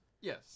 Yes